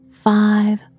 five